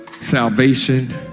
salvation